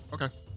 Okay